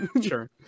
sure